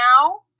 now